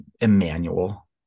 Emmanuel